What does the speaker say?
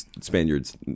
Spaniards